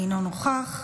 אינו נוכח.